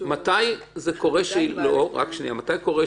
מתי קורה שלא?